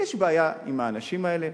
יש בעיה עם האנשים אלה?